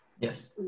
Yes